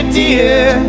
dear